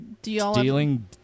Stealing